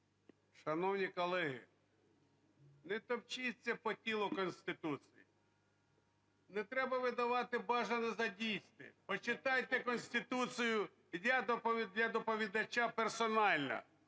Шановні колеги, не топчіться по тілу Конституції. Не треба видавати бажане за дійсне. Почитайте Конституцію, для доповідача персонально.